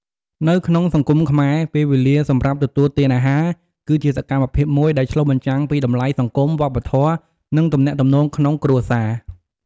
នៅក្នុងសង្គមខ្មែរ ពេលវេលាសម្រាប់ទទួលទានអាហារ គឹជាសកម្មភាពមួយដែលឆ្លុះបញ្ចាំងពីតម្លៃសង្គម វប្បធម៌ និងទំនាក់ទំនងក្នុងគ្រួសារ។